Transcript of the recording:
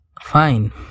Fine